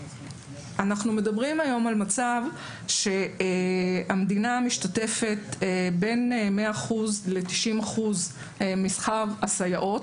אנחנו מדברים היום על מצב שהמדינה משתתפת בין 100% ל-90% משכר הסייעות,